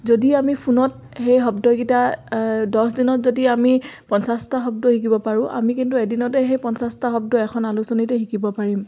যদি আমি ফোনত সেই শব্দকেইটা দছদিনত যদি আমি পঞ্চাছটা শব্দ শিকিব পাৰোঁ আমি কিন্তু এদিনতে সেই পঞ্চাছটা শব্দ এখন আলোচনীতে শিকিব পাৰিম